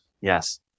Yes